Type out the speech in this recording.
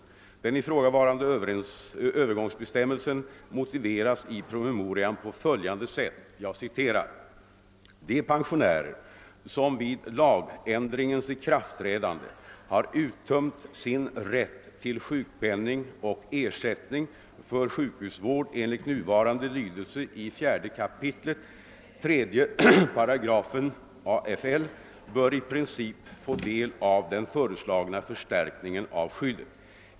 Den ifrågavarande övergångsbestämmelsen motiveras i promemorian på följande sätt, jag citerar: »De pensionärer, som vid lagändringens ikraftträdande har uttömt sin rätt till sjukpenning och ersättning för sjukhusvård enligt nuvarande lydelse av 4 kap. 3 8 AFL, bör i princip få del av den föreslagna förstärkningen av skyddet.